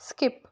skip